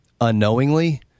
unknowingly